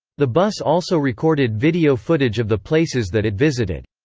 the bus also recorded video footage of the places that it visited.